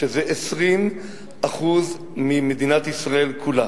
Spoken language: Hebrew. שזה 20% ממדינת ישראל כולה,